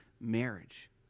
marriage